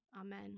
Amen